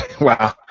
Wow